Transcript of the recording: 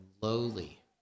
lowly